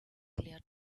clear